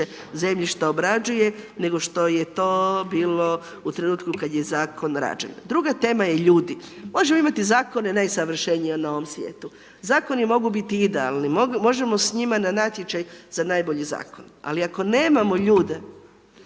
zemljišta obrađuje, nego što je to bilo u trenutku kada je zakon rađen. Druga tema je ljudi. Možemo imati zakone najsavršenije na ovom svijetu, zakoni mogu biti idealni, možemo s njima na natječaj za najbolji zakon. Ali, ako nemamo ljude,